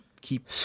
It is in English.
keep